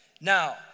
Now